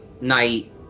night